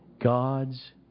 God's